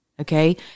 Okay